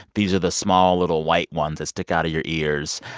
these are the small, little white ones that stick out of your ears.